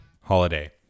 holiday